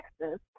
Texas